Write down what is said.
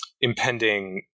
impending